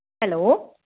hello